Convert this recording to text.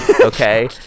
Okay